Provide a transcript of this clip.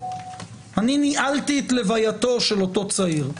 אני ניהלתי את לווייתו של אותו צעיר,